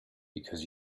because